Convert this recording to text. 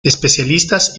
especialistas